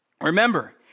Remember